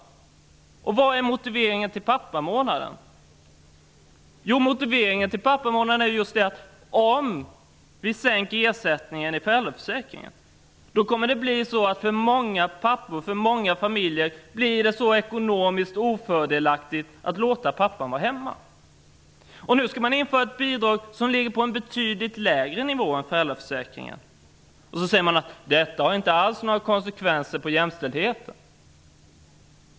Vad är motiveringen för den? Jo, om vi sänker ersättningen i föräldraförsäkringen, då blir det för många familjer ekonomiskt ofördelaktigt att låta pappan vara hemma. Nu skall man införa ett bidrag på en betydligt lägre nivå än föräldraförsäkringen, och ändå vill man påstå att detta inte alls har några konsekvenser för jämställdheten.